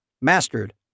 mastered